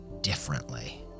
differently